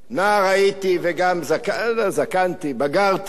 נער הייתי וגם זקנתי בגרתי,